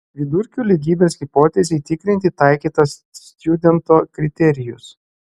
vidurkių lygybės hipotezei tikrinti taikytas stjudento kriterijus